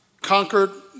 conquered